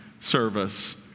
service